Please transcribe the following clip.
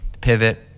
pivot